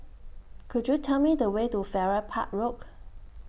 Could YOU Tell Me The Way to Farrer Park Rock